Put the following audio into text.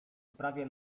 sprawie